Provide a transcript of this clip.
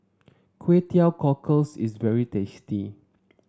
Kway Teow Cockles is very tasty